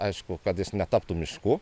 aišku kad jis netaptų miškų